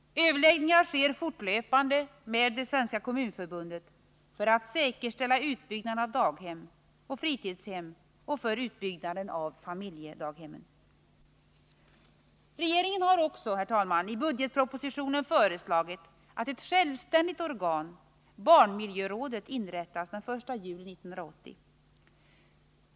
Överläggningar sker fortlöpande med Svenska kommunförbundet för att säkerställa utbyggnaden av daghem och fritidshem och för utbyggnaden av familjedaghemmen. Regeringen har också, herr talman, i budgetpropositionen föreslagit att ett självständigt organ, barnmiljörådet, inrättas den 1 juli 1980.